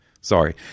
Sorry